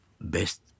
best